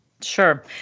Sure